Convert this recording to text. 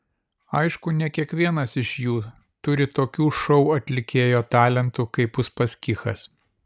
aišku ne kiekvienas iš jų turi tokių šou atlikėjo talentų kaip uspaskichas